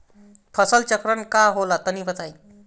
फसल चक्रण का होला तनि बताई?